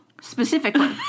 specifically